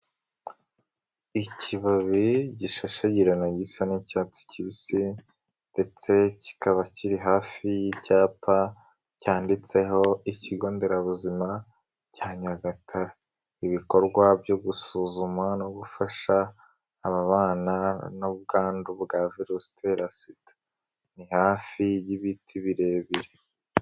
Ikibabi gishashagirana gisa n'icyatsi kibisi ndetse kikaba kiri hafi y'icyapa, cyanditseho ikigo nderabuzima cya Nyagatare, ibikorwa byo gusuzuma no gufasha, ababana n'ubwandu bwa virusi itera Sida. Ni hafi y'ibiti birebire.